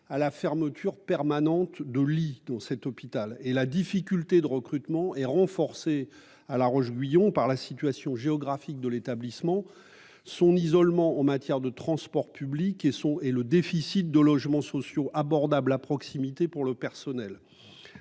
à la fermeture permanente de lits dans cet hôpital et la difficulté de recrutement et renforcé à La Roche-Guyon par la situation géographique de l'établissement son isolement en matière de transports publics et son et le déficit de logements sociaux abordables à proximité pour le personnel.